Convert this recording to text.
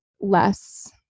less